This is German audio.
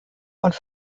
und